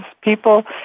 People